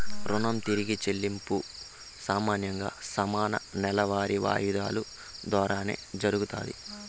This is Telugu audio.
రుణం తిరిగి చెల్లింపు సామాన్యంగా సమాన నెలవారీ వాయిదాలు దోరానే జరగతాది